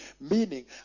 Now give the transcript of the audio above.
Meaning